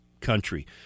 country